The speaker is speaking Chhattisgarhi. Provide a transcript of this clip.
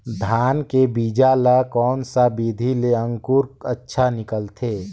धान के बीजा ला कोन सा विधि ले अंकुर अच्छा निकलथे?